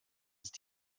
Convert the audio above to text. ist